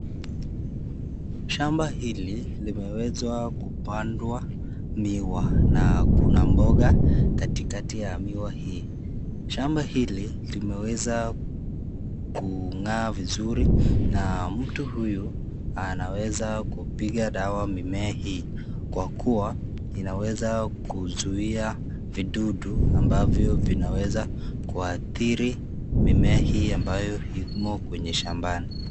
Shamba hili limewezwa kupandwa miwa na kuna mboga katikati ya miwa hii. Shamba hili imeweza kung'aa vizuri na mtu huyu anaweza kupiga dawa mimea hii kwa kuwa inaweza kuzuia vidudu ambavyo vinaweza kuathiri mimea hii ambayo imo kwenye shambani.